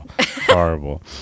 horrible